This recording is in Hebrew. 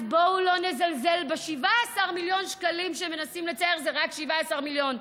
אז בואו לא נזלזל ב-17 מיליון שקלים שמנסים לצייר: זה רק 17 מיליון.